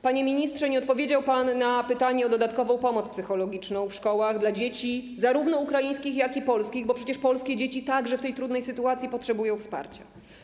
Panie ministrze, nie odpowiedział pan na pytanie o dodatkową pomoc psychologiczną w szkołach dla dzieci zarówno ukraińskich, jak i polskich, bo przecież polskie dzieci także w tej trudnej sytuacji potrzebują wsparcia.